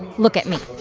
look at me.